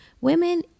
women